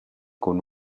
con